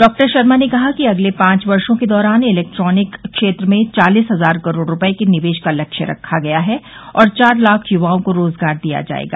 doctor Sharma ने कहा कि अगले पांच वर्षो के दौरान इलेक्ट्रॉनिक क्षेत्र में चालिस हज़ार करोड़ रूपये के निवेश का लक्ष्य रखा गया है और चार लाख युवाओं को रोज़गार दिया जायेगा